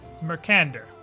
Mercander